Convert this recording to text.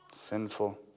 Sinful